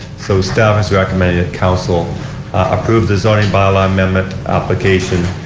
so staff is recommending that council approve the zoning by-law amendment application,